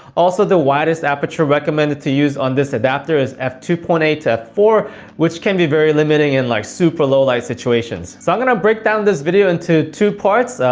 also the widest aperture recommended to use on this adapter is f two point eight to f four which can be limiting in like super low light situations. so i'm gonna break down this video into two parts.